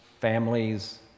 families